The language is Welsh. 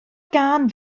gân